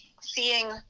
seeing